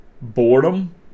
Boredom